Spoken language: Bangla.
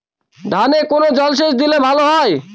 ধানে কোন জলসেচ দিলে ভাল হয়?